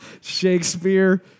Shakespeare